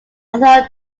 although